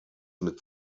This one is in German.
mit